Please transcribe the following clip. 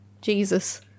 Jesus